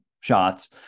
shots